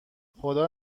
خدا